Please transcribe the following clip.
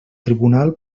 tribunal